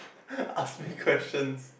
ask me questions